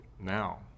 now